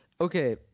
Okay